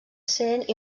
cent